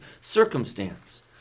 circumstance